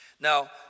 Now